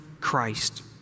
Christ